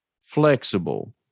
flexible